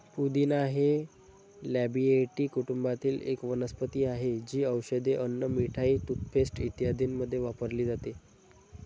पुदिना हे लॅबिएटी कुटुंबातील एक वनस्पती आहे, जी औषधे, अन्न, मिठाई, टूथपेस्ट इत्यादींमध्ये वापरली जाते